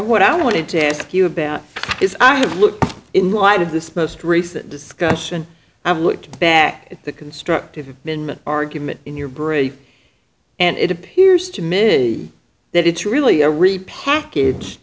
what i wanted to ask you about is i have looked in light of this most recent discussion i've looked back at the constructive argument in your brain and it appears to me that it's really a repackage